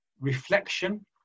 reflection